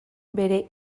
bere